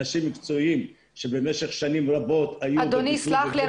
אנשים מקצועיים שבמשך שנים רבות היו --- אדוני סלח לי,